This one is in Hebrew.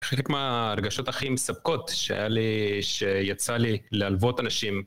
חלק מהרגשות הכי מספקות שהייה לי, שיצא לי להלוות אנשים.